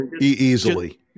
Easily